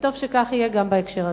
וטוב שכך יהיה גם בהקשר הזה.